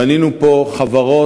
בנינו פה חברות,